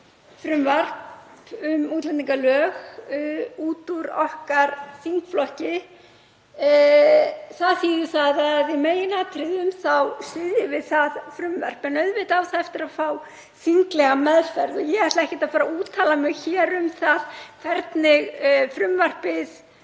frumvarp um útlendingalög út úr okkar þingflokki. Það þýðir að í meginatriðum þá styðjum við það frumvarp, en auðvitað á það eftir að fá þinglega meðferð og ég ætla ekkert að fara að úttala mig hér um það hvernig frumvarpið